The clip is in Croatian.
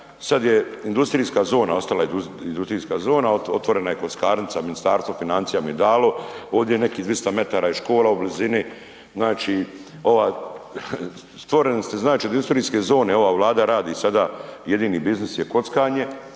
je industrijska zona, otvorena je kockarnica, Ministarstvo financija mu je dalo, ovdi nekih 200 metara je škola u blizini, znači, ova, stvoreni ste znači .../Govornik se ne razumije./... industrijske zone, ova Vlada radi sada, jedini biznis je kockanje,